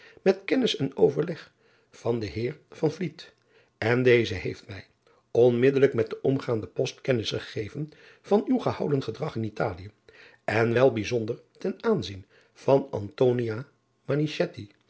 met kennis en overleg van den eer en deze heeft mij onmiddellijk met den omgaanden post kennis gegeven van uw gehouden gedrag in talië en wel bijzonder ten aanzien van